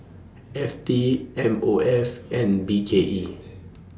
F T M O F and B K E